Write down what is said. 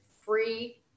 free